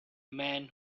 man